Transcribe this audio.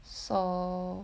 so